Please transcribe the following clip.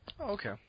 Okay